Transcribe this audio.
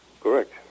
correct